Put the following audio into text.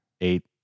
eight